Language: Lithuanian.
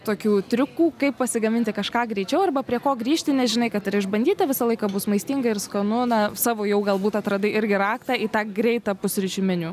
tokių triukų kaip pasigaminti kažką greičiau arba prie ko grįžti nes žinai kad tai yra išbandyta visą laiką bus maistinga ir skanu na savo jau galbūt atradai irgi raktą į tą greitą pusryčių meniu